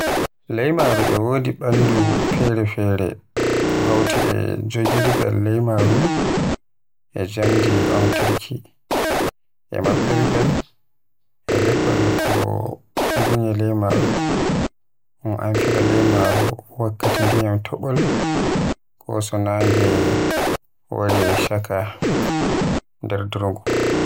laymaaru e wodi bandu fere-fere ko hawti e jogirgal laymaaru e jamdi omtuki, e mabbirgal e lefol ko bunye laumaaru. un amfira laymaaru wakkati ndiyam tofol ko so nange wari caaka nder dungu.